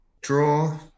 Draw